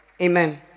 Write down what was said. Amen